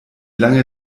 lange